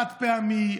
על החד-פעמי,